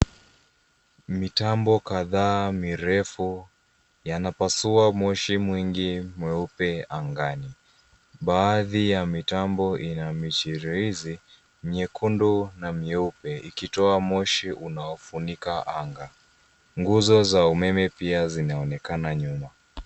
Mitambo kadhaa mirefu yanapasua moshi mwingi mweupe angani. Baadhi ya mitambo ina michiririzi miekundu na mieupe ikitoa moshi unaofunika anga. Nguzo za umeme pia zinaonekana nyuma.